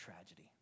tragedy